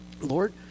lord